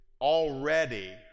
already